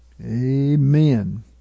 Amen